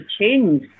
change